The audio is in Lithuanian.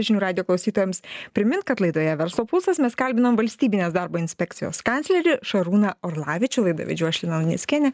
žinių radijo klausytojams primint kad laidoje verslo pulsas mes kalbinom valstybinės darbo inspekcijos kanclerį šarūną orlavičių laida vedžiau aš lina luneckienė